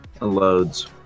loads